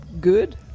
good